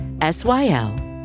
S-Y-L